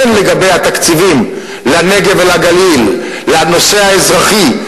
הן לגבי התקציבים לנגב ולגליל, לנושא האזרחי,